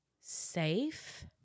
safe